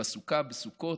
בסוכה בסוכות,